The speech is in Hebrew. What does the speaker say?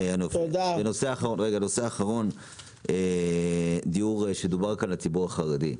דובר כאן על דיור לציבור החרדי.